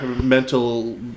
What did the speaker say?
mental